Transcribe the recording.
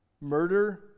murder